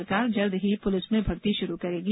प्रदेश सरकार जल्दी ही पुलिस में भर्ती शुरू करेगी